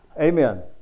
Amen